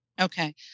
Okay